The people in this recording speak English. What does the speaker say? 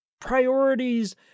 Priorities